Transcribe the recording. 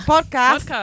Podcast